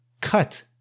cut